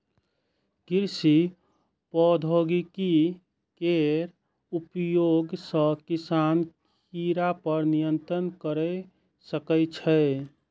कृषि प्रौद्योगिकी केर उपयोग सं किसान कीड़ा पर नियंत्रण कैर सकै छै